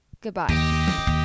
Goodbye